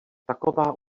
taková